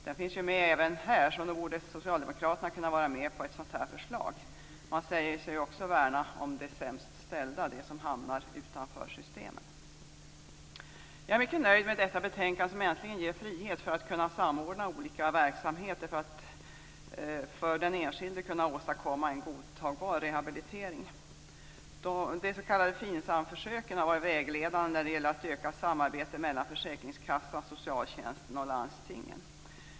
Den finns dock med även här, och därför borde väl socialdemokraterna kunna vara med på ett sådant här förslag. Man säger sig ju också värna om de sämst ställda, om dem som hamnar utanför systemen. Jag är mycket nöjd med detta betänkande, som äntligen ger frihet för samordning av olika verksamheter för att åstadkomma en godtagbar rehabilitering för den enskilde. De s.k. FINSAM-försöken har varit vägledande för att öka samarbetet mellan försäkringskassorna, socialtjänsten och landstingen.